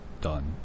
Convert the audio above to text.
done